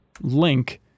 Link